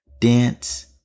dance